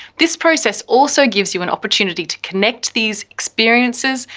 this process also gives you an opportunity to connect these experiences,